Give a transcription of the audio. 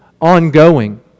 ongoing